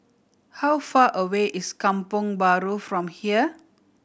how far away is Kampong Bahru from here